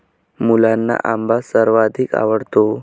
मुलांना आंबा सर्वाधिक आवडतो